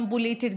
גם פוליטית,